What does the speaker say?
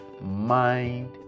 mind